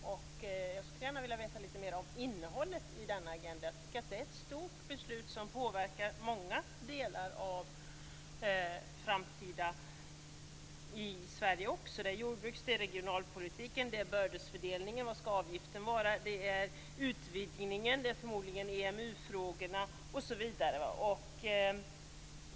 Jag skulle gärna vilja veta lite mer om innehållet i denna agenda. Det gäller ett stort beslut, som i mycket påverkar framtiden också i Sverige. Det gäller jordbruks och regionalpolitiken, bördefördelningen, avgiftsstorleken, utvidgningen, förmodligen också EMU-frågorna osv.